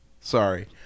sorry